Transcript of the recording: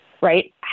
right